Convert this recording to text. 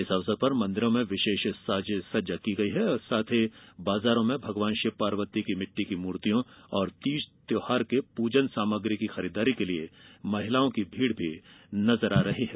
इस अवसर पर मंदिरों में विशेष साज सज्जा की गई है साथ हीं बाजारों में भगवान शिव पार्वती की मिट्टी की मूर्तियों और तीज त्यौहार के पूजन सामग्री की खरीदारी के लिए महिलाओं की भीड़ भी नजर आ रही है